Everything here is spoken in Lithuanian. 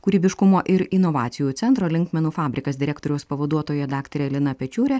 kūrybiškumo ir inovacijų centro linkmenų fabrikas direktoriaus pavaduotoja daktarė liną pečiūrė